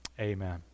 Amen